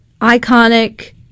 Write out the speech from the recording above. iconic